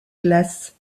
glace